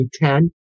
2010